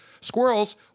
Squirrels